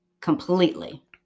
completely